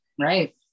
Right